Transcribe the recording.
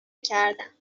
کردم